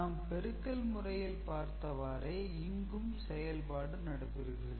நாம் பெருக்கல் முறையில் பார்த்தவாறே இங்கும் செயல்பாடு நடைபெறுகிறது